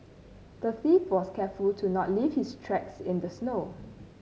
the thief was careful to not leave his tracks in the snow